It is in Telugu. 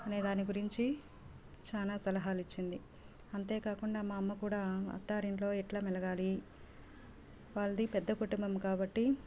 అనే దాని గురించి చాలా సలహాలు ఇచ్చింది అంతే కాకుండా మా అమ్మ కూడా అత్తారింటిలో ఎట్లా మెలగాలి వాళ్ళది పెద్ద కుటుంబం కాబట్టి